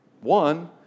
One